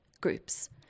groups